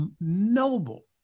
noble